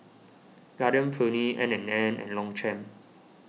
Garden Peony N and N and Longchamp